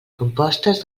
compostes